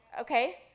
okay